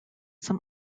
some